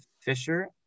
Fisher